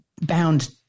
bound